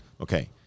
Okay